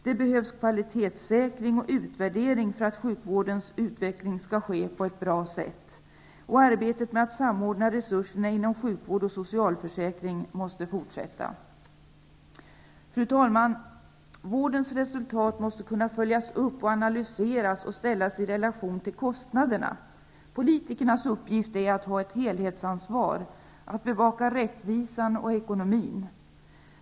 Det behövs kvalitetssäkring och utvärdering för att sjukvårdens utveckling skall ske på ett bra sätt. Och arbetet med att samordna resurserna inom sjukvård och socialförsäkring måste fortsätta. Fru talman! Vårdens resultat måste kunna följas upp, analyseras och ställas i realtion till kostnaderna. Politikernas uppgift är att ha ett helhetsansvar, att bevaka rättvisan och ekonomin.